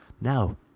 now